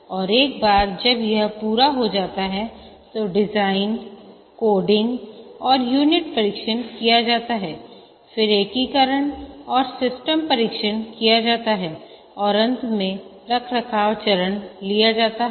और एक बार जब यह पूरा हो जाता है तो डिजाइनकोडिंग और यूनिट परीक्षण किया जाता है फिर एकीकरण और सिस्टम परीक्षण किया जाता है और अंत मेंरखरखाव चरण लिया जाता है